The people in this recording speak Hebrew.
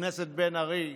הכנסת בן ארי,